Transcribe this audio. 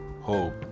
hope